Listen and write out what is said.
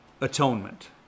atonement